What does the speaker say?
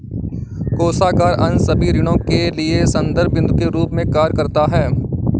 कोषागार अन्य सभी ऋणों के लिए संदर्भ बिन्दु के रूप में कार्य करता है